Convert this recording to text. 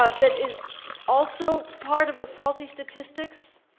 ah that is also part of the faulty statistics?